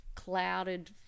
Clouded